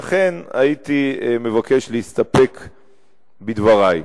לכן הייתי מבקש להסתפק בדברי.